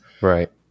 Right